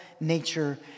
nature